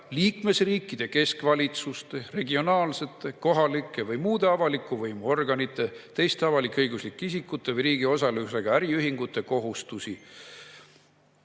liikmesriikide keskvalitsuste, regionaalsete, kohalike või muude avaliku võimu organite, teiste avalik-õiguslike isikute või riigi osalusega äriühingute kohustusi;